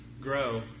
grow